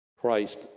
Christ